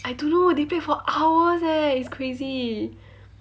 I don't know they played for hours eh it's crazy